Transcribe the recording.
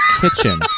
kitchen